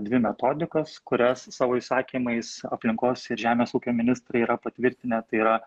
dvi metodikos kurias savo įsakymais aplinkos ir žemės ūkio ministrai yra patvirtinę tai yra